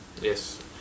yes